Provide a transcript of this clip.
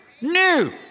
new